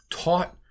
taught